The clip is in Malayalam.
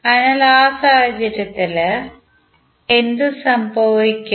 അതിനാൽ ആ സാഹചര്യത്തിൽ എന്ത് സംഭവിക്കും